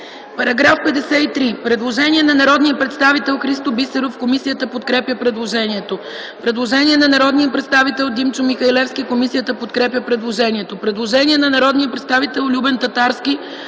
По § 53 има предложение на народния представител Христо Бисеров. Комисията подкрепя предложението. Предложение на народния представител Димчо Михалевски. Комисията подкрепя предложението. Предложение на народния представител Любен Татарски.